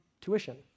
tuition